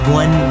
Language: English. one